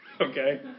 Okay